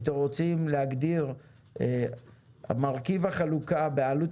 אם אתם רוצים להגדיר את מרכיב החלוקה בעלות